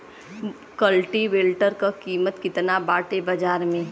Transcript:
कल्टी वेटर क कीमत केतना बाटे बाजार में?